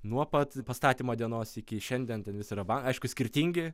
nuo pat pastatymo dienos iki šiandien ten vis yra ba aišku skirtingi